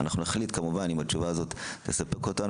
אנחנו נחליט כמובן אם התשובה הזאת תספק אותנו,